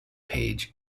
page